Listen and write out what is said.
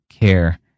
care